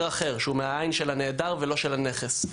אחר שהוא מהעין של הנעדר ולא של הנכס.